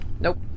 Nope